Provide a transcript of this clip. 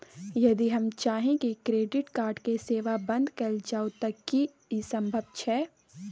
यदि हम चाही की क्रेडिट कार्ड के सेवा बंद कैल जाऊ त की इ संभव छै?